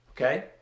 Okay